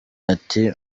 ati